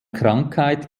krankheit